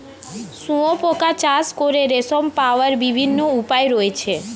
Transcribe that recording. শুঁয়োপোকা চাষ করে রেশম পাওয়ার বিভিন্ন উপায় রয়েছে